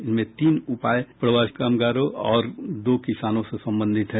इसमें तीन उपाय प्रवासी कामगारों और दो किसानों से संबंधित है